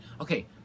Okay